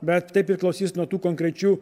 bet tai priklausys nuo tų konkrečių